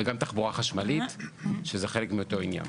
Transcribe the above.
וגם תחבורה חשמלית, שזה חלק מאותו עניין.